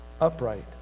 upright